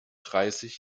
dreißig